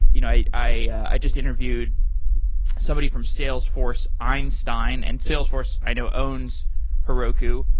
you know i i just interviewed somebody from salesforce einstein and salesforce, i know, owns heroku,